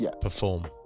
perform